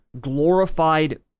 glorified